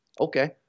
okay